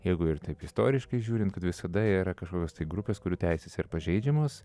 jeigu ir taip istoriškai žiūrint kad visada yra kažkokios tai grupės kurių teisės pažeidžiamos